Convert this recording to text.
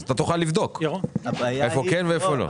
ואתה תוכל לבדוק איפה כן ואיפה לא.